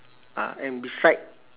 ah and beside